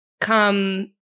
Come